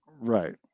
Right